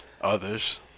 others